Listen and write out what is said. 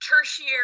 tertiary